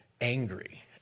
angry